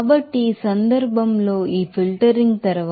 కాబట్టి ఈ సందర్భంలో ఈ ఫిల్టరింగ్ తరువాత సెకనుకు 0